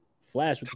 Flash